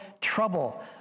trouble